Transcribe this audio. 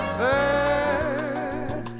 bird